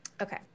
Okay